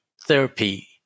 therapy